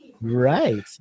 Right